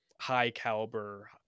high-caliber